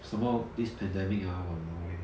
somehow this pandemic ah !walao! eh